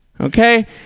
okay